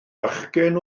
bachgen